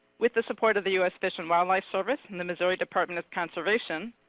with the support of the u s. fish and wildlife service and the missouri department of conservation,